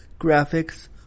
graphics